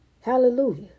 Hallelujah